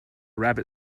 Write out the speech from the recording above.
rabbit